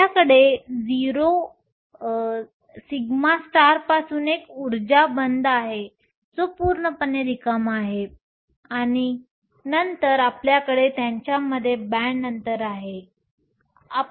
आमच्याकडे σ पासून एक ऊर्जा बंध आहे जो पूर्णपणे रिकामा आहे आणि नंतर आपल्याकडे त्यांच्यामध्ये बॅण्ड अंतर आहे